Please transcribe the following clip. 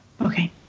Okay